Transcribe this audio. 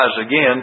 again